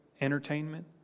entertainment